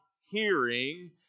hearing